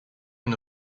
une